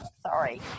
sorry